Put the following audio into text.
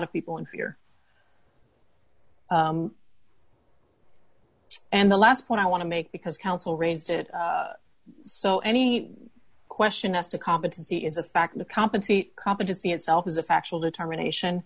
of people in fear and the last point i want to make because counsel raised it so any question as to competency is a factor to compensate competency itself is a factual determination